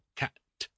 cat